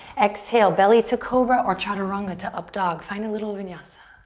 exhale, belly to cobra or chaturanga to up dog. find a little vinyasa.